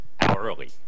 hourly